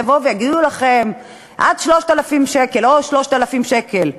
אז יבואו ויגידו לכם: עד 3,000 שקל, או 3,000 שקל.